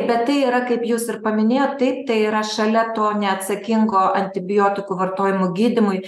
bet tai yra kaip jūs ir paminėjot tai tai yra šalia to neatsakingo antibiotikų vartojimo gydymui